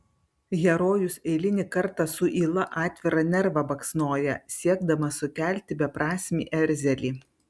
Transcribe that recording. herojus eilinį kartą su yla atvirą nervą baksnoja siekdamas sukelti beprasmį erzelį